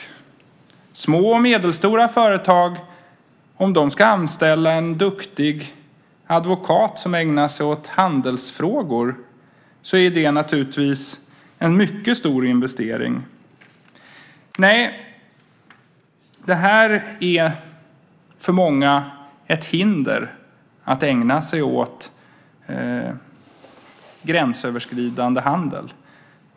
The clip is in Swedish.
Om små och medelstora företag ska anställa en duktig advokat som ägnar sig åt handelsfrågor är det naturligtvis en mycket stor investering. Nej, det här är för många ett hinder när det gäller att ägna sig åt gränsöverskridande handel.